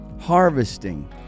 harvesting